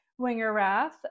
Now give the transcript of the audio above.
Wingerrath